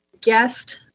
guest